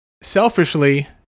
selfishly